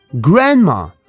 Grandma